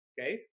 Okay